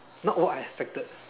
not all I expected